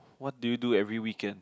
what do you do every weekend